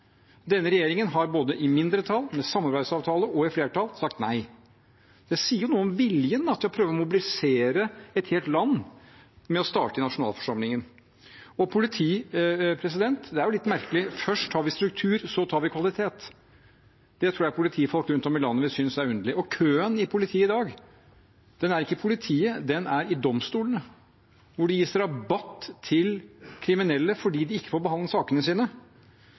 Denne regjeringen har både i mindretall, med samarbeidsavtale, og i flertall sagt nei. Det sier noe om viljen til å prøve å mobilisere et helt land ved å starte i nasjonalforsamlingen. Når det gjelder politiet, er det jo litt merkelig: Først har vi struktur, så tar vi kvalitet. Det tror jeg politifolk rundt om i landet vil synes er underlig. Køen på politiområdet i dag er ikke i politiet, den er i domstolene, hvor det gis rabatt til kriminelle fordi de ikke får behandlet sakene sine.